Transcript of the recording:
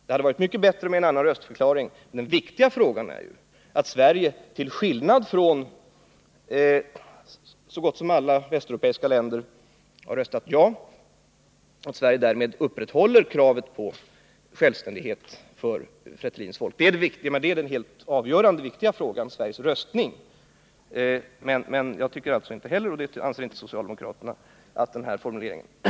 Det hade varit mycket bättre med en annan röstförklaring, men den viktiga frågan är att Sverige, till skillnad från så gott som alla västeuropeiska länder, har röstat ja och att Sverige därmed upprätthåller kravet på självständighet för Östtimors folk. Sveriges röstning är den helt avgörande frågan.